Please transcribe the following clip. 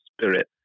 spirit